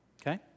Okay